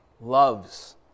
loves